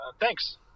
Thanks